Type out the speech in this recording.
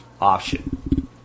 option